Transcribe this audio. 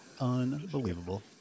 unbelievable